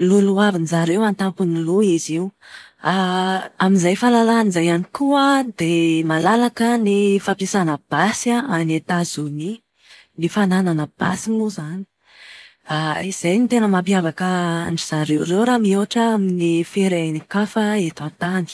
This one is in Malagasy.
loloavin-dry zareo an-tampon'ny loha izy io. Amin'izay fahalalahana izay ihany koa an, dia malalaka ny fampiasàna basy any Etazonia. Ny fananana basy moa izany. Izay no tena mampiavaka an-dry zareo reo raha mihoatra amin'ny firenen-kafa eto an-tany.